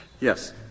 Yes